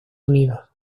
unidos